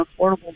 affordable